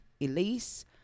Elise